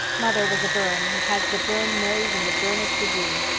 mother was a byrne and has the byrne nose in the byrnest degree.